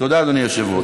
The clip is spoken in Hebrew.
תודה, אדוני היושב-ראש.